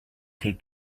take